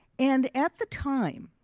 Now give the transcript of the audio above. and at the time,